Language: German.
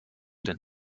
den